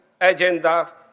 Agenda